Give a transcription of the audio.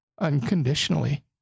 unconditionally